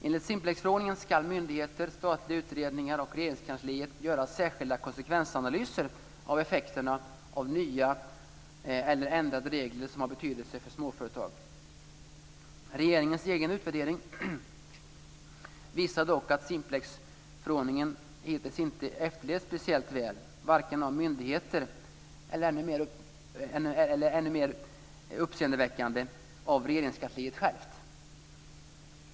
Enligt Simplexförordningen ska myndigheter, statliga utredningar och Regeringskansliet göra särskilda konsekvensanalyser av effekterna av nya eller ändrade regler som har betydelse för småföretag. Regeringens egen utvärdering visar dock att Simplexförordningen hittills inte efterlevts speciellt väl, vare sig av myndigheter eller - ännu mer uppseendeväckande - av Regeringskansliet självt.